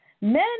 Men